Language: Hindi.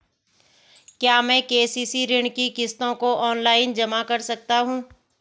क्या मैं के.सी.सी ऋण की किश्तों को ऑनलाइन जमा कर सकता हूँ?